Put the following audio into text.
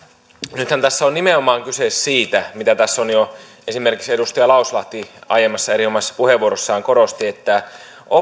nythän tässä on nimenomaan kyse siitä mitä tässä jo esimerkiksi edustaja lauslahti aiemmassa erinomaisessa puheenvuorossaan korosti että